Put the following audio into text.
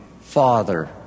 Father